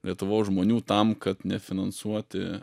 lietuvos žmonių tam kad nefinansuoti